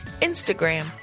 Instagram